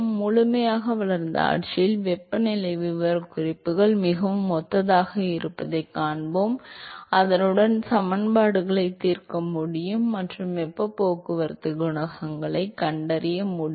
முழுமையாக வளர்ந்த ஆட்சியில் வெப்பநிலை விவரக்குறிப்புகள் மிகவும் ஒத்ததாக இருப்பதைக் காண்பிப்போம் அதனுடன் சமன்பாடுகளைத் தீர்க்க முடியும் மற்றும் வெப்பப் போக்குவரத்து குணகத்தைக் கண்டறிய முடியும்